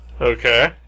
Okay